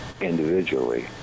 individually